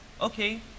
Okay